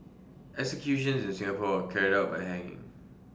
executions is in Singapore are carried out by hanging